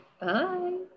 bye